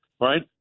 right